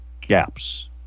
gaps